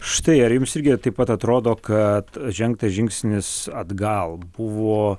štai ar jums irgi taip pat atrodo kad žengtas žingsnis atgal buvo